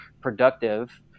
productive